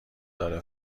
داره